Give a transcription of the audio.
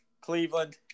Cleveland